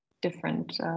different